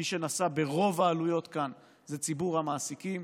מי שנשא ברוב העלויות כאן זה ציבור המעסיקים,